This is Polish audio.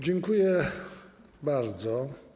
Dziękuję bardzo.